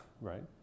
right